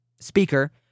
speaker